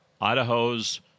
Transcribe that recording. Idaho's